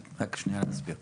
אבל רק שנייה אני אסביר.